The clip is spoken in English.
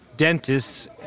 dentists